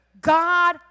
God